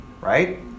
Right